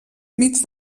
mig